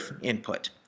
input